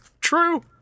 True